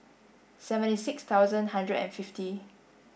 seventy six thousand hundred and fifty